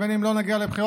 בין שלא נגיע לבחירות,